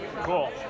Cool